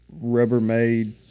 Rubber-made